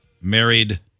married